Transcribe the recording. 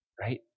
Right